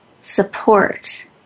support